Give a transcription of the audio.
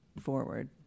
forward